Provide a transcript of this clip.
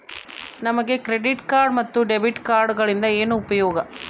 ನಮಗೆ credit card ಮತ್ತು debit ಕಾರ್ಡುಗಳಿಂದ ಏನು ಉಪಯೋಗ?